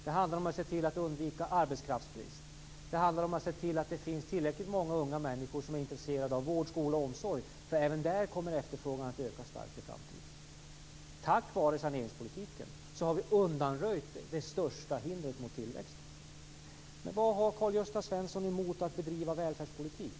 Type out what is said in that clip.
Det handlar om att se till att undvika arbetskraftsbrist. Det handlar om att se till att det finns tillräckligt många unga människor som är intresserade av vård, skola och omsorg. Även där kommer efterfrågan att öka starkt i framtiden. Tack vare saneringspolitiken har vi undanröjt det största hindret mot tillväxten. Vad har Karl-Gösta Svenson emot att bedriva välfärdspolitik?